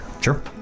Sure